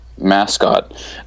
mascot